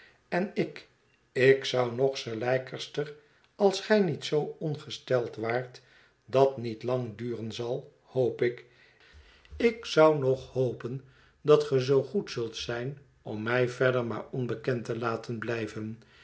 en ik ik zou nog sir leicester als gij niet zoo ongesteld waart dat niet lang duren zal hoop ik ik zou nog hopen dat ge zoo goed zult zijn om mij verder maar onbekend te laten blijven